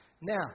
Now